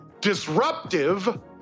disruptive